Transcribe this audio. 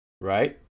Right